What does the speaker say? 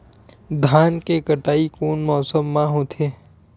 धान के कटाई कोन मौसम मा होथे?